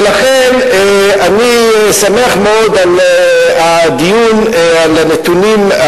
ולכן, אני שמח מאוד על הדיון, על הנתונים.